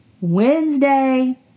Wednesday